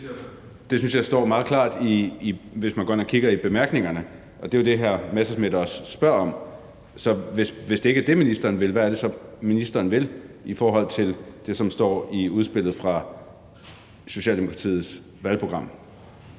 Det synes jeg står meget klart, hvis man går ind og kigger i bemærkningerne, og det er jo det, hr. Morten Messerschmidt også spørger om. Så hvis det ikke er det, ministeren vil, hvad er det så, ministeren vil i forhold til det, som står i udspillet fra Socialdemokratiet, altså